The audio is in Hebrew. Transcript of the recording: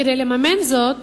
כדי לממן זאת